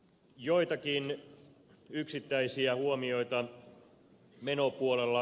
joitakin yksittäisiä huomioita menopuolella